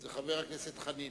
וזה חבר הכנסת חנין.